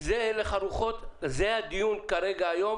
זה הלך הרוחות, זה הדיון היום